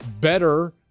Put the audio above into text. better